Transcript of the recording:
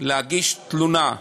להגיש תלונה.